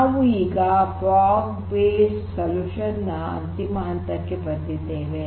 ನಾವು ಈಗ fog based ಪರಿಹಾರಗಳ ಅಂತಿಮ ಹಂತಕ್ಕೆ ಬಂದಿದ್ದೇವೆ